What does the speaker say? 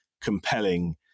compelling